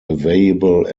available